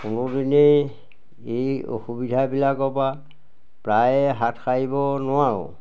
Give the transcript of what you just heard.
কোনোদিনেই এই অসুবিধাবিলাকৰ পৰা প্ৰায়ে হাত সাৰিব নোৱাৰোঁ